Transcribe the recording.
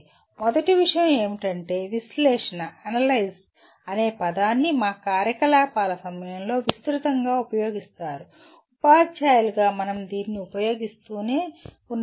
మొదటి విషయం ఏమిటంటే విశ్లేషణఅనలైజ్ అనే పదాన్ని మా కార్యకలాపాల సమయంలో విస్తృతంగా ఉపయోగిస్తారు ఉపాధ్యాయులుగా మనం దీన్ని ఉపయోగిస్తూనే ఉన్నాము